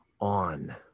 on